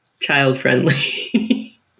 child-friendly